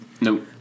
Nope